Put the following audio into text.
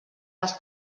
les